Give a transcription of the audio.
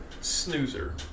snoozer